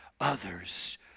others